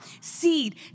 Seed